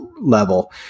level